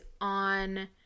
on